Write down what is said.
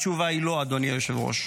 התשובה היא לא, אדוני היושב-ראש.